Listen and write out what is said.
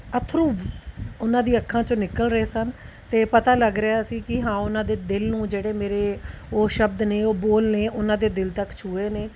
ਅੱਥਰੂ ਉਹਨਾਂ ਦੀਆਂ ਅੱਖਾਂ ਚੋਂ ਨਿਕਲ ਰਹੇ ਸਨ ਅਤੇ ਪਤਾ ਲੱਗ ਰਿਹਾ ਸੀ ਕਿ ਹਾਂ ਉਹਨਾਂ ਦੇ ਦਿਲ ਨੂੰ ਜਿਹੜੇ ਮੇਰੇ ਉਹ ਸ਼ਬਦ ਨੇ ਉਹ ਬੋਲ ਨੇ ਉਹਨਾਂ ਦੇ ਦਿਲ ਤੱਕ ਛੂਏ ਨੇ